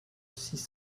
six